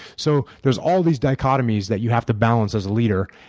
so there's all these dichotomies that you have to balance as a leader.